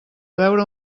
veure